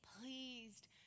pleased